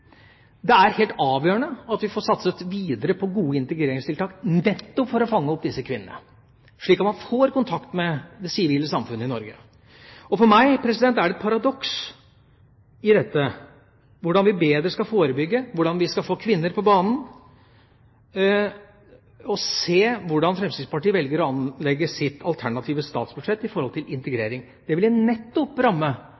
Det er helt avgjørende at vi får satset videre på gode integreringstiltak, nettopp for å fange opp disse kvinnene, slik at de får kontakt med det sivile samfunnet i Norge. For meg er det et paradoks i dette – hvordan vi bedre skal forebygge, hvordan vi skal få kvinner på banen – å se hvordan Fremskrittspartiet velger å anlegge sitt alternative statsbudsjett